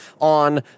on